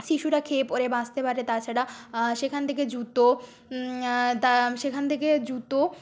শিশুরা খেয়ে পরে বাঁচতে পারে তাছাড়া সেখান থেকে জুতো তা সেখান থেকে জুতো